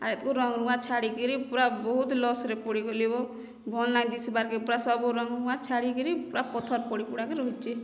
ଆ ଏତକରୁ ରଙ୍ଗ ରୁଆ ଛାଡ଼ିକିରି ପୁରା ବହୁତ ଲସ୍ରେ ପଡ଼ିଗଲି ଓ ଭଲ୍ ନାଇ ଦିଶିବାର୍କେ ପୁରା ସବୁ ରଙ୍ଗ ରୁଆ ଛାଡ଼ିକିରି ପୁରା ପଥର ପଡ଼ି ପୁଡ଼ାକି ରହୁଛି